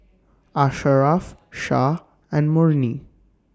Asharaff Shah and Murni